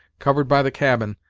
covered by the cabin,